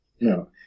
No